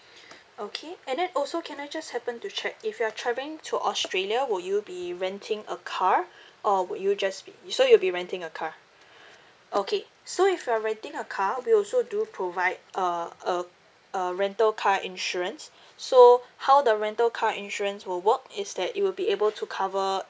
okay and then also can I just happen to check if you're travelling to australia will you be renting a car or would you just be so you'll be renting a car okay so if you're renting a car we also do provide uh a a rental car insurance so how the rental car insurance will work is that you'll be able to cover